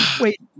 Wait